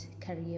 career